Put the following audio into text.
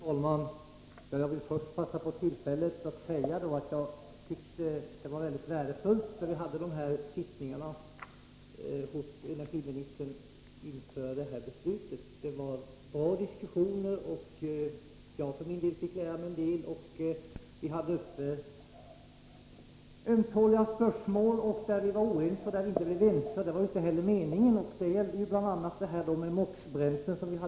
Fru talman! Jag vill först ta tillfället i akt att säga att de sittningar hos energiministern som vi hade inför den här debatten, enligt min mening, var mycket värdefulla. Det var bra diskussioner och jag fick veta en hel del. Ömtåliga spörsmål, om vilka vi var oense, diskuterades. Bl. a. förde vi en omfattande debatt om MOX-bränsle.